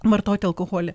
vartoti alkoholį